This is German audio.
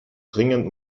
dringend